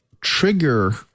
trigger